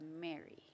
Mary